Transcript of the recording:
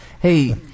Hey